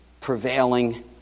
prevailing